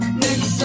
next